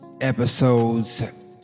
episodes